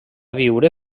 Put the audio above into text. viure